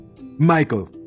Michael